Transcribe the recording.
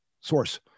source